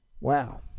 Wow